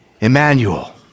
Emmanuel